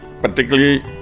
particularly